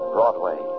Broadway